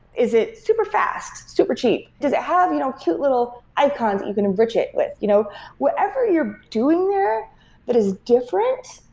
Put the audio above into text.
is it super fast? super cheap? does it have you know cute little icons that you can enrich it with? you know whatever you're doing there that is different,